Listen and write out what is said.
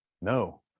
No